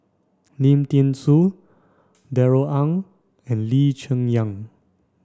Lim Thean Soo Darrell Ang and Lee Cheng Yan